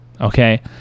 okay